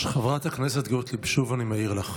חברת הכנסת גוטליב, אני שוב מעיר לך.